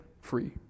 free